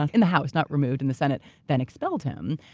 ah in the house, not removed in the senate, then expelled him.